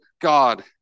God